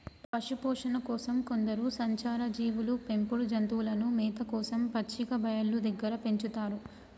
పశుపోషణ కోసం కొందరు సంచార జీవులు పెంపుడు జంతువులను మేత కోసం పచ్చిక బయళ్ళు దగ్గర పెంచుతారు